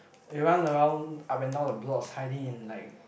you run around up and down the blocks hiding in like